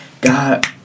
God